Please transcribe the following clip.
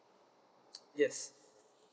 yes